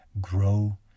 grow